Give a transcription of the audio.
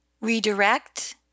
Redirect